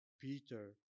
Peter